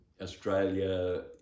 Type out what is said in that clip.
Australia